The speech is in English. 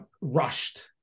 rushed